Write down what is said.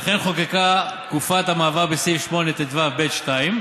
לכן חוקקה תקופת המעבר בסעיף 8טו(ב)(2),